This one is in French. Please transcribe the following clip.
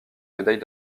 médaille